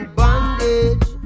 bondage